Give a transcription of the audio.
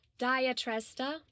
Diatresta